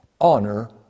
honor